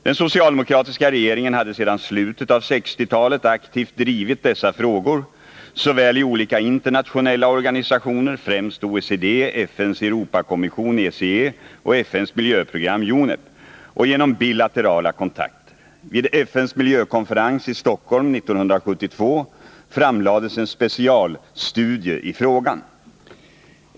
Den socialdemokratiska regeringen hade sedan slutet av 1960-talet aktivt drivit dessa frågor såväli olika internationella organisationer — främst OECD, FN:s Europakommission, ECE, och FN:s miljöprogram, UNEP — som genom bilaterala kontakter. Vid FN:s miljökonferens i Stockholm 1972 framlades en specialstudie i frågan.